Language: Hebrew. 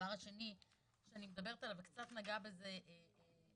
דבר שני שאני מדברת עליו וקצת נגעה בזה אשרת,